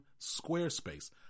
Squarespace